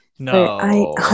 No